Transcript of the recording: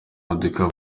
modoka